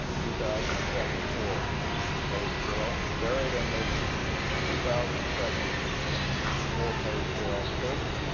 ah two thousand and seventy four page bill. buried in this two thousand and seventy four page bill. this